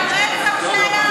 אתה מגנה את הרצח שהיה?